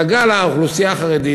מתוך דאגה לאוכלוסייה החרדית.